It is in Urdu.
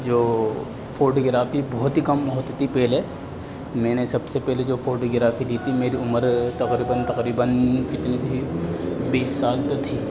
جو فوٹو گرافی بہت ہی کم ہوتی تھی پہلے میں نے سب سے پہلے جو فوٹوگرافی لی تھی میری عمر تقریباً تقریباً کتنی تھی بیس سال تو تھی